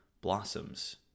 blossoms